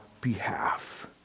behalf